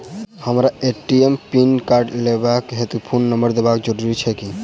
हमरा ए.टी.एम कार्डक पिन लेबाक हेतु फोन नम्बर देबाक जरूरी छै की?